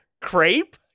crepe